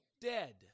dead